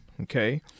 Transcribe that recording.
Okay